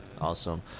Awesome